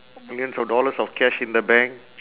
millions of dollars of cash in the bank